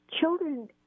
Children